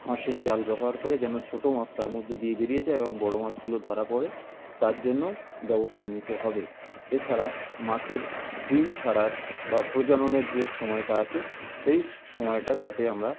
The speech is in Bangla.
ফাঁসের জাল ব্যবহার করে যেন ছোট মাছ তার মধ্যে দিয়ে বেরিয়ে যায় এবং বড় মাছগুলো ধরা পড়ে তার জন্য ব্যবস্থা নিতে হবে এছাড়া মাছের ডিম ছাড়ার বা প্রজননের যে সময়টা আছে সেই সময়টা যাতে আমরা